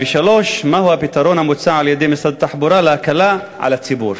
3. מה הוא הפתרון המוצע על-ידי משרד התחבורה להקלה על הציבור?